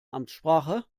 amtssprache